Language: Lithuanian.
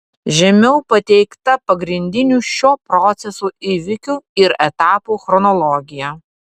žemiau pateikta pagrindinių šio proceso įvykių ir etapų chronologija